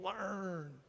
learn